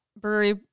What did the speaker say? Brewery